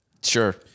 Sure